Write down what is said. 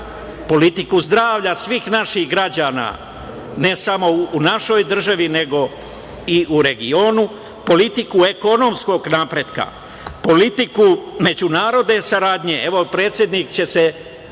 politiku zdravlja svih naših građana, ne samo u našoj državi, nego i u regionu, politiku ekonomskog napretka, politiku međunarodne saradnje. Evo, predsednik će se